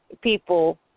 people